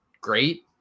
great